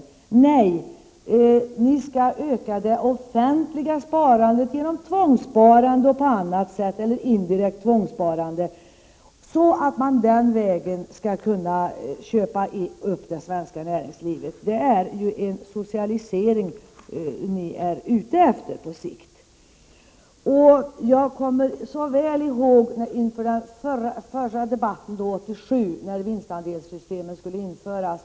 Socialdemokraterna vill enbart öka det offentliga sparandet genom tvångssparande och på annat sätt eller genom indirekt tvångssparande, så att socialdemokraterna den vägen skall kunna köpa upp det svenska näringslivet. Det är ju en socialisering socialdemokraterna är ute efter på sikt. Jag kommer så väl ihåg den förra debatten 1987 då vinstandelssystemen skulle införas.